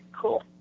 cool